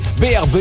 BRB